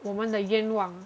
我们的愿望